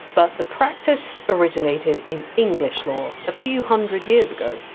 but the practice originated in english law, a few hundred years ago,